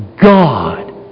God